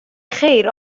خیر